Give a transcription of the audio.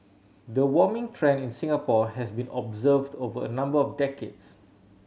the warming trend in Singapore has been observed over a number of decades